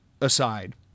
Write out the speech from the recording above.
aside